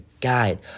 guide